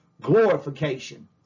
glorification